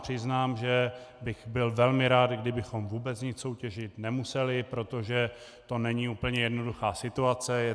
Přiznám se vám, že bych byl velmi rád, kdybychom vůbec nic soutěžit nemuseli, protože to není úplně jednoduchá situace.